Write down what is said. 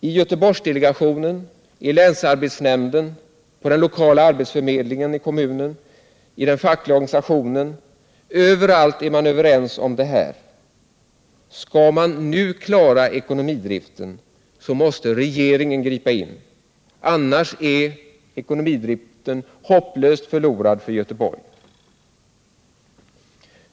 I Göteborgsdelegationen, i länsarbetsnämnden, på den lokala arbetsförmedlingen, bland kommunalpolitikerna, i den fackliga organisationen — överallt är man överens om detta: Skall man nu klara ekonomidriften, så måste regeringen gripa in. Annars är ekonomidriften hopplöst förlorad för Göteborg.